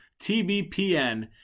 TBPN